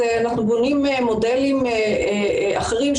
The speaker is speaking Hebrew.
אנחנו בונים מודלים אחרים,